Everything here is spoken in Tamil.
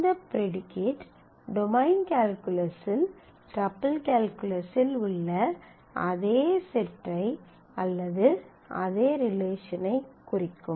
இந்த ப்ரீடிகேட் டொமைன் கால்குலஸில் டப்பிள் கால்குலஸில் உள்ள அதே செட் ஐ அல்லது அதே ரிலேஷன் ஐ குறிக்கும்